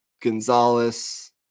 Gonzalez